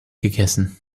gegessen